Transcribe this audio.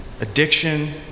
addiction